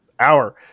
Hour